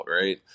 right